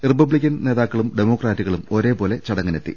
Republican നേതാക്കളും ഡെമോ ക്രാറ്റുകളും ഒരേപോലെ ചടങ്ങിനെത്തി